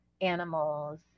animals